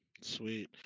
Sweet